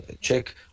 Check